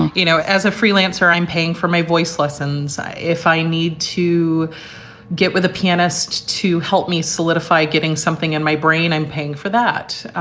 you know, as a freelancer, i'm paying for my voice lessons. if i need to get with a pianist to help me solidify getting something in my brain, i'm paying for that.